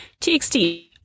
TXT